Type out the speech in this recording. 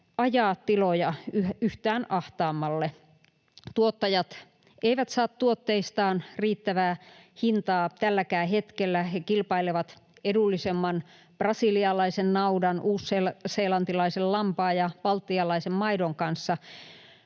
ajaa tiloja yhtään ahtaammalle. Tuottajat eivät saa tuotteistaan riittävää hintaa tälläkään hetkellä. He kilpailevat edullisemman brasilialaisen naudan, uusiseelantilaisen lampaan ja baltialaisen maidon kanssa.